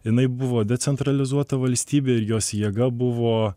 jinai buvo decentralizuota valstybė ir jos jėga buvo